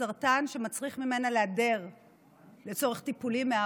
סרטן שמצריך ממנה להיעדר מהעבודה לצורך טיפולים.